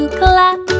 clap